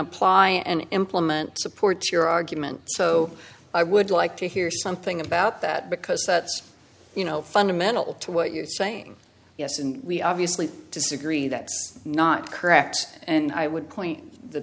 apply and implement support your argument so i would like to hear something about that because you know fundamental to what you're saying yes and we obviously disagree that's not correct and i would point the